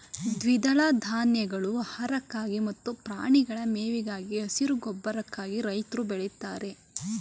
ದ್ವಿದಳ ಧಾನ್ಯಗಳು ಆಹಾರಕ್ಕಾಗಿ ಮತ್ತು ಪ್ರಾಣಿಗಳ ಮೇವಿಗಾಗಿ, ಹಸಿರು ಗೊಬ್ಬರಕ್ಕಾಗಿ ರೈತ್ರು ಬೆಳಿತಾರೆ